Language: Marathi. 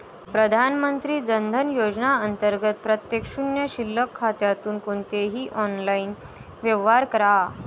प्रधानमंत्री जन धन योजना अंतर्गत प्रत्येक शून्य शिल्लक खात्यातून कोणतेही ऑनलाइन व्यवहार करा